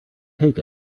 take